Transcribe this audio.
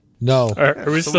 No